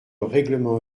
règlement